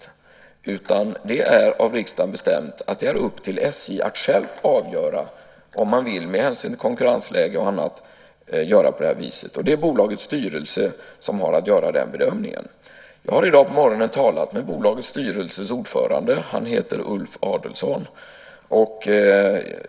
I stället är det av riksdagen bestämt att det är upp till SJ att självt avgöra, med hänsyn till konkurrensläge och annat, om man vill göra på det här viset. Det är bolagets styrelse som har att göra den bedömningen. Jag har i dag på morgonen talat med bolagets styrelses ordförande. Han heter Ulf Adelsohn.